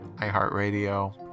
iHeartRadio